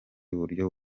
buryo